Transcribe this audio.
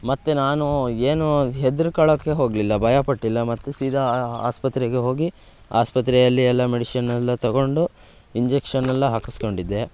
ಮತ್ತು ನಾನು ಏನೂ ಹೆದ್ರಿಕಳಕ್ಕೆ ಹೋಗಲಿಲ್ಲ ಭಯಪಟ್ಟಿಲ್ಲ ಮತ್ತೆ ಸೀದಾ ಆಸ್ಪತ್ರೆಗೆ ಹೋಗಿ ಆಸ್ಪತ್ರೆಯಲ್ಲಿ ಎಲ್ಲ ಮೆಡಿಷನ್ನೆಲ್ಲ ತೊಗೊಂಡು ಇಂಜೆಕ್ಷನೆಲ್ಲ ಹಾಕಿಸ್ಕೊಂಡಿದ್ದೆ